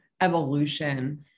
evolution